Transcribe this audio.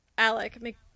Alec